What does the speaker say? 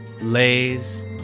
lays